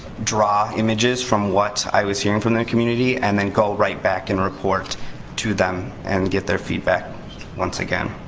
draw images from what i was hearing from the community, and then go right back and report to them and get their feedback once again.